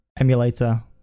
emulator